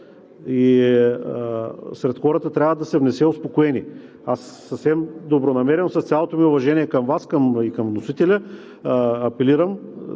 и сред хората трябва да се внесе успокоение. Аз съвсем добронамерено – с цялото ми уважение към Вас, и към вносителя, апелирам